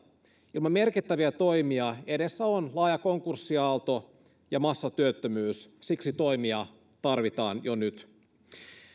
ilman merkittäviä toimia edessä on laaja konkurssiaalto ja massatyöttömyys siksi toimia tarvitaan jo nyt